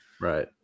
Right